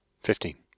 Fifteen